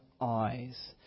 eyes